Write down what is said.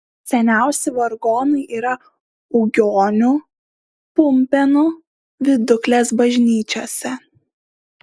seniausi vargonai yra ugionių pumpėnų viduklės bažnyčiose